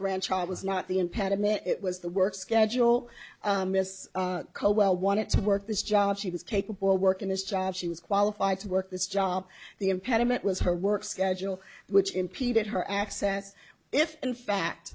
grandchild was not the impediment it was the work schedule miss coldwell wanted to work this job she was capable of work in this job she was qualified to work this job the impediment was her work schedule which impeded her access if in fact